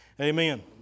Amen